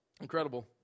Incredible